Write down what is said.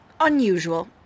unusual